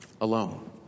alone